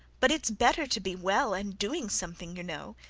but it's better to be well and doing something, you know,